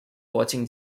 watching